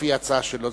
לפי ההצעה שלו.